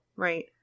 right